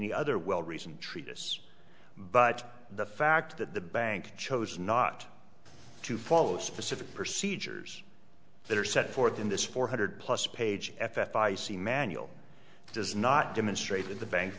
the other well reasoned treatise but the fact that the bank chose not to follow specific procedures that are set forth in this four hundred plus page f f i see manual does not demonstrate in the bank